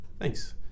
Thanks